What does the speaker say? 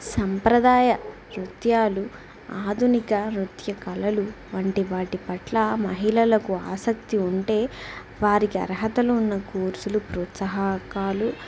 సంప్రదాయ నృత్యాలు ఆధునిక నృత్య కళలు వంటి వాటి పట్ల మహిళలకు ఆసక్తి ఉంటే వారికి అర్హతలు ఉన్న కోర్సులు ప్రోత్సాహకాలు